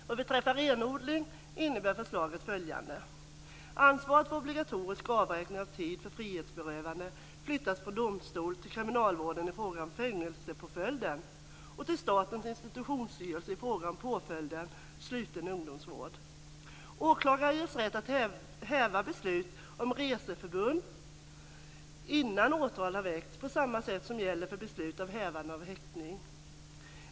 Vad beträffar renodling innebär förslaget följande: - Ansvaret för obligatorisk avräkning av tid för frihetsberövande flyttas från domstol till kriminalvården i fråga om fängelsepåföljden och till - Åklagare ges rätt att häva beslut om reseförbud innan åtal har väckts på samma sätt som gäller för beslut om hävande av häktning.